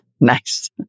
Nice